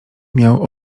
miał